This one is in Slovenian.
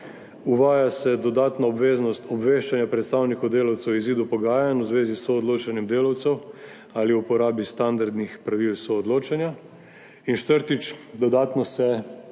Uvaja se dodatna obveznost obveščanja predstavnikov delavcev o izidu pogajanj v zvezi s soodločanjem delavcev ali o uporabi standardnih pravil soodločanja. In četrtič, dodatno se